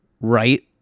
right